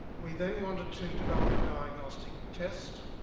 we then wanted to develop a diagnostic test,